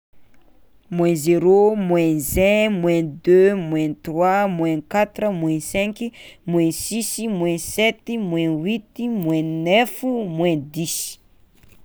Moins zero, moins un, moins deux, moins trois, moins quatre, moins cinq, moins six, moins sept, moins huit, moins neuf, moins dix.